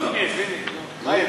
נו, מניין.